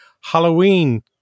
Halloween